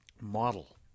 model